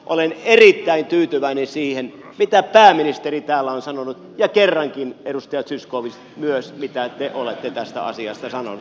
olen erittäin tyytyväinen siihen mitä pääministeri täällä on sanonut ja kerrankin edustaja zyskowicz myös siihen mitä te olette tästä asiasta sanonut